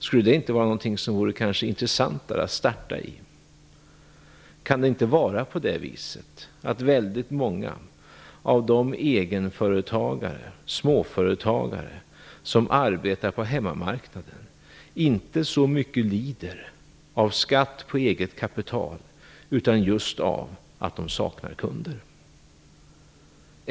Skulle det inte vara intressantare att starta med? Kan det inte vara på det viset att väldigt många av de egenföretagare, småföretagare, som arbetar på hemmamarknaden inte så mycket lider av skatt på eget kapital utan just av att de saknar kunder?